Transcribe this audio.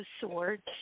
swords